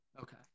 okay